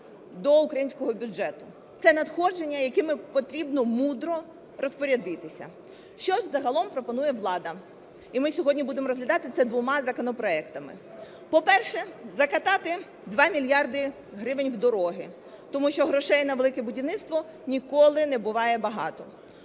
до українського бюджету. Це надходження, якими потрібно мудро розпорядитися. Що загалом пропонує влада, і ми сьогодні будемо розглядати це двома законопроектами. По-перше, "закатати" два мільярди гривень в дороги, тому що грошей на "Велике будівництво" ніколи не буває багато.